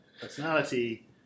personality